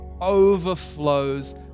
overflows